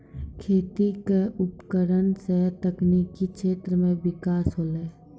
खेती क उपकरण सें तकनीकी क्षेत्र में बिकास होलय